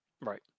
Right